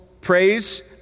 praise